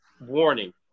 warning